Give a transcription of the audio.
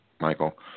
Michael